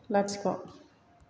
लाथिख'